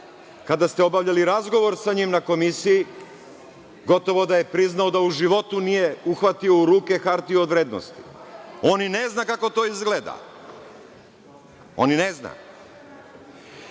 kada ste obavljali razgovor sa njim na komisiji gotovo da je priznao da u životu nije uhvatio u ruke hartiju od vrednosti. On i ne zna kako to izgleda. Kako se